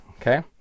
Okay